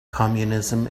communism